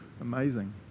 amazing